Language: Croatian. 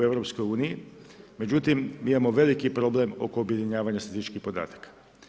Međutim, mi imao veliki problem oko objedinjavanja statističkih podataka.